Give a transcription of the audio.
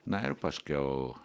na ir paskiau